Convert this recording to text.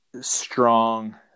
strong